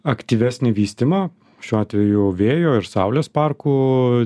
aktyvesnį vystymą šiuo atveju vėjo ir saulės parkų